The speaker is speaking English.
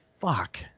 Fuck